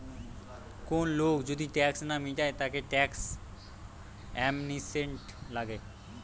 কোন লোক যদি ট্যাক্স না মিটায় তাকে ট্যাক্স অ্যামনেস্টি লাগে